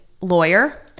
lawyer